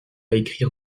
écrire